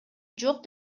жок